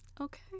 Okay